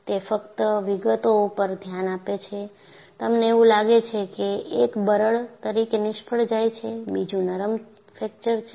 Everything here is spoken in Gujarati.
તે ફક્ત વિગતો ઉપર ધ્યાન આપે છે તમને એવું લાગે છે કે એક બરડ રૂપ તરીકે નિષ્ફળ જાય છે બીજું નરમ ફ્રેક્ચર છે